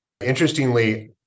Interestingly